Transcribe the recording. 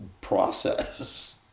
process